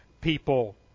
people